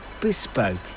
Bespoke